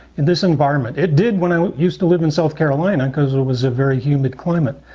in this environment. it did when i used to live in south carolina because it was a very humid climate.